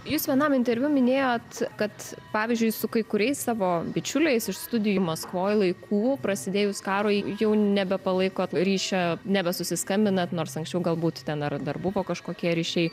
jūs vienam interviu minėjot kad pavyzdžiui su kai kuriais savo bičiuliais iš studijų maskvoj laikų prasidėjus karui jau nebepalaikot ryšio nebe susiskambinat nors anksčiau galbūt ten ar dar buvo kažkokie ryšiai